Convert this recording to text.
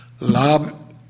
Love